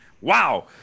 Wow